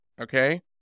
Okay